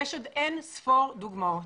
יש עוד אין-ספור דוגמאות.